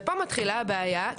פה מתחילה הבעיה,